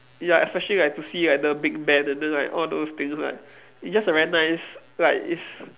ya especially like to see like the big Ben and then like all those things like it's just a very nice like it's